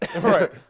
right